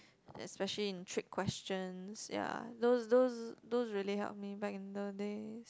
especially in trick questions ya those those those really help me back in those days